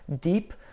deep